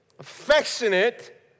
affectionate